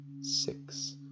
six